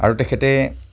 আৰু তেখেতে